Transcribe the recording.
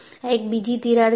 આ એક બીજી તિરાડ છે